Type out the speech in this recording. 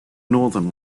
northern